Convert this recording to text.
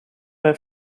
bei